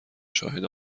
شاهد